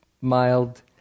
mild